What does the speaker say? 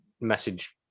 message